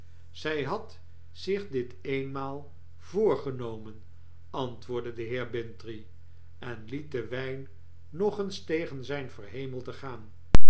zij had zich dit eenmaal voorgenomen antwoordde de heer bintrey en liet den wijn nog eens tegen zyn verhemelte gaan